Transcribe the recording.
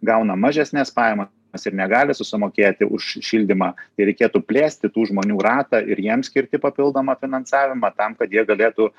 gauna mažesnes pajamas ir negali susimokėti už šildymą tai reikėtų plėsti tų žmonių ratą ir jiems skirti papildomą finansavimą tam kad jie galėtų